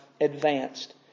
advanced